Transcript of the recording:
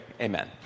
amen